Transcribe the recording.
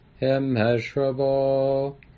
immeasurable